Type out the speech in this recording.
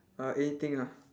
uh anything ah